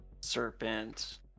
serpent